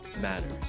matters